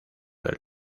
del